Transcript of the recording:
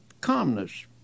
calmness